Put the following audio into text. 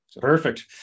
Perfect